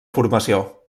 formació